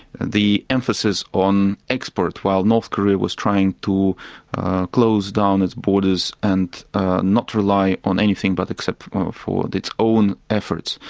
the emphasis on exports. while north korea was trying to close down its borders and not rely on anything but except for its own efforts.